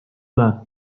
üle